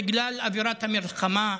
בגלל אווירת המלחמה,